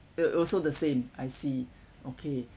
it also the same I see okay